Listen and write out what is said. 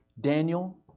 Daniel